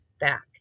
back